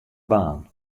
baan